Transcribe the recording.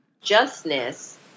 Justness